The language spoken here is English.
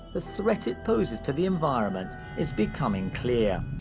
the threat it poses to the environment is becoming clear.